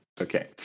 Okay